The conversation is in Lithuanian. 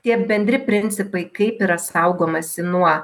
tie bendri principai kaip yra saugomasi nuo